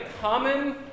common